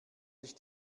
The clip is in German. sich